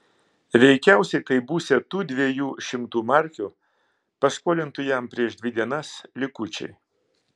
veikiausiai tai būsią tų dviejų šimtų markių paskolintų jam prieš dvi dienas likučiai